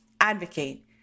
Advocate